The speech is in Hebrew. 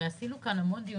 הרי ערכנו המון דיונים,